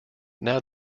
now